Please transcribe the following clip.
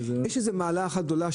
יש מעלה אחת גדולה,